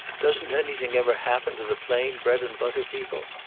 doesn't anything ever happen to the plain bread and butter people?